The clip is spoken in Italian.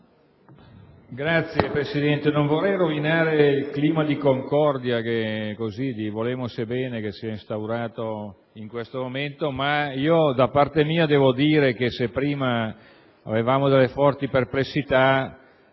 Signor Presidente, non vorrei rovinare il clima di concordia e di «volemose bene» che si è instaurato in questo momento, ma devo dire che, se prima avevamo delle forti perplessità,